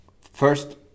first